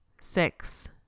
six